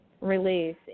release